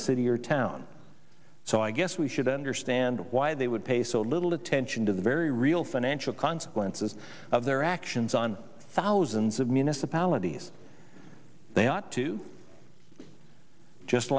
a city or town so i guess we should understand why they would pay so little attention to the very real financial consequences of their actions on thousands of municipalities they ought to just